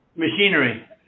Machinery